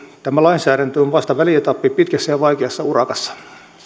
tämä lainsäädäntö on vasta välietappi pitkässä ja vaikeassa urakassa